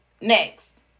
next